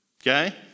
Okay